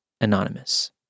anonymous